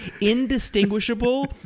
indistinguishable